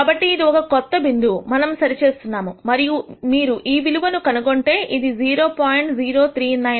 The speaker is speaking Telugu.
కాబట్టి ఇది ఒక కొత్త బిందువుమనము సరిగా చేస్తున్నాము మరియు మీరు ఈ విలువలను కనుగొంటే ఇది 0